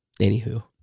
anywho